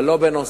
אבל לא בנושא,